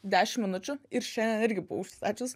dešimt minučių ir šiandien irgi buvau užsistačius